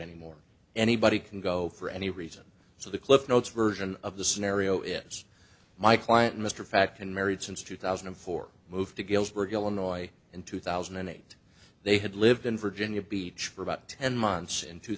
anymore anybody can go for any reason so the cliff notes version of the scenario is my client mr fact and married since two thousand and four moved to gilbert illinois in two thousand and eight they had lived in virginia beach for about ten months in two